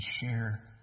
share